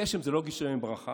הגשם זה לא גשמי ברכה,